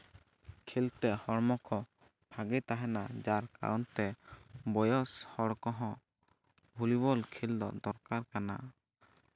ᱠᱷᱮᱞᱛᱮ ᱦᱚᱲᱢᱚ ᱠᱚ ᱵᱷᱟᱹᱜᱤ ᱛᱟᱦᱮᱱᱟ ᱡᱟᱨ ᱠᱟᱨᱚᱱ ᱛᱮ ᱵᱚᱭᱚᱥ ᱦᱚᱲ ᱠᱚᱦᱚᱸ ᱵᱷᱚᱞᱤᱵᱚᱞ ᱠᱷᱮᱞ ᱫᱚ ᱫᱚᱨᱠᱟᱨ ᱠᱟᱱᱟ